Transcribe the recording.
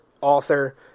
author